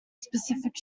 specific